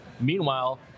Meanwhile